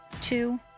two